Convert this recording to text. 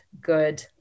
good